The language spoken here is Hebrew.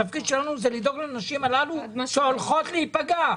התפקיד שלנו הוא לדאוג לנשים הללו שהולכות להיפגע.